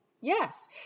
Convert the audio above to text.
Yes